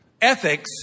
Ethics